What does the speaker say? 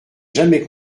jamais